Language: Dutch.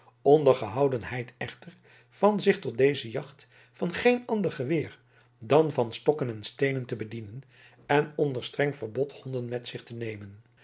onder gehoudenheid echter van zich tot deze jacht van geen ander geweer dan van stokken en steenen te bedienen en onder streng verbod honden met zich te nemen